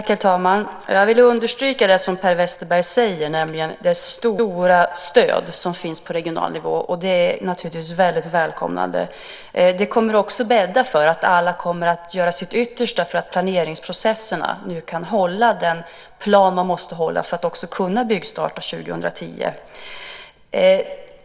Herr talman! Jag vill understryka det som Per Westerberg talar om, nämligen det stora stöd som finns på regional nivå. Det är naturligtvis väldigt välkomnande. Det kommer också att bädda för att alla kommer att göra sitt yttersta för att planeringsprocesserna nu kan hålla den plan man måste hålla för att också kunna byggstarta 2010.